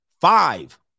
Five